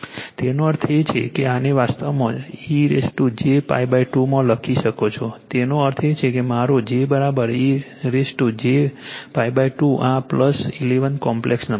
તેનો અર્થ એ કે આને વાસ્તવમાં e j π 2 માં લખી શકો છો તેનો અર્થ છે મારો j e j π 2 આ 11 કોમ્પ્લેક્સ નંબર છે